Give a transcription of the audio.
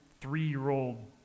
three-year-old